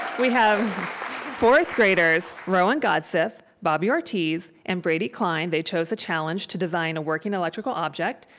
we have fourth graders, rowen godseth, bobby ortiz, and brady cline. they chose challenge to design a working electrical object.